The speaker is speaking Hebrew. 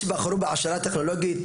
יש שבחרו בהעשרה טכנולוגית,